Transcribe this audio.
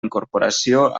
incorporació